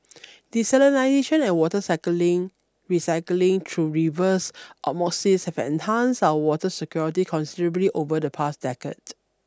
desalination and water cycling recycling through reverse osmosis have enhanced our water security considerably over the past decade